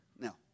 No